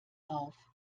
auf